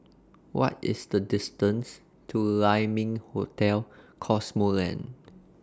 What IS The distance to Lai Ming Hotel Cosmoland